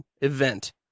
event